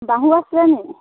বাহু আছিলে নেকি